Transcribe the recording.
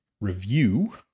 review